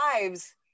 lives